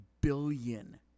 billion